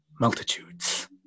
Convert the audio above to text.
multitudes